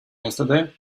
yesterday